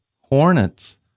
Hornets